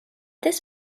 this